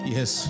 Yes